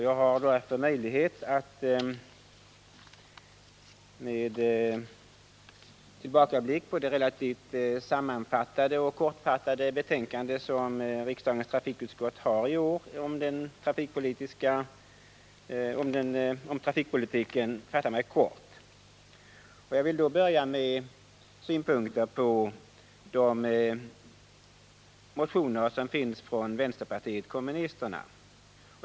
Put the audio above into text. Jag har därför möjlighet att med tillbakablick på det relativt koncentrerade betänkande om trafikpolitiken som riksdagens trafikutskott har avgett i år fatta mig kort. Jag vill börja med synpunkter på de motioner som finns från vänsterpartiet kommunisterna.